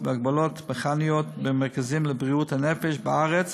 ובהגבלות מכניות במרכזים לבריאות הנפש בארץ